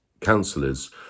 councillors